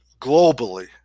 globally